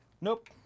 Nope